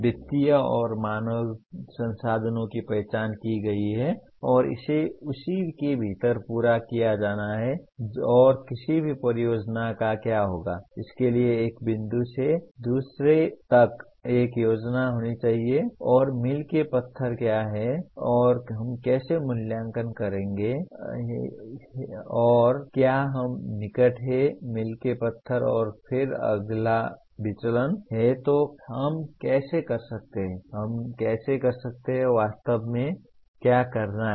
वित्तीय और मानव संसाधनों की पहचान की गई है और इसे उसी के भीतर पूरा किया जाना है और किसी भी परियोजना का क्या होगा इसके लिए एक बिंदु से दूसरे तक एक योजना होनी चाहिए और मील के पत्थर क्या हैं और हम कैसे मूल्यांकन करते हैं कि क्या हम निकट हैं मील के पत्थर और फिर अगर विचलन हैं तो हम कैसे कर सकते हैं हम कैसे कर सकते हैं वास्तव में क्या करना है